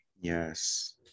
Yes